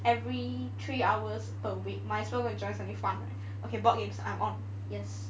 every three hours per week might as well go and join something fun right okay board games I am on yes